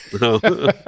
No